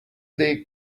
they